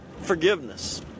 forgiveness